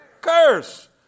curse